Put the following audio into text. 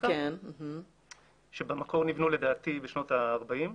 שבמקור נבנו בשנות ה-40,